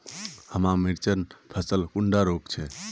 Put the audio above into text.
हमार मिर्चन फसल कुंडा रोग छै?